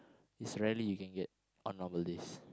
is rarely you can get on normal days